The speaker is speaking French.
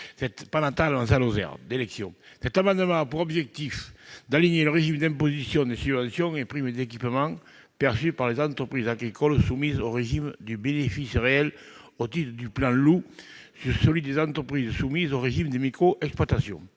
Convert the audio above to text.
Il a pour objet d'aligner le régime d'imposition des subventions et des primes d'équipement perçues par les entreprises agricoles soumises au régime du bénéfice réel au titre du plan Loup sur celui des entreprises soumises au régime des micro-exploitations.